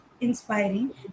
inspiring